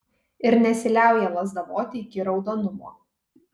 ir nesiliauja lazdavoti iki raudonumo